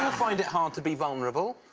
find it hard to be vulnerable.